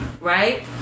right